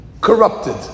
corrupted